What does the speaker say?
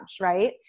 right